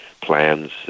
plans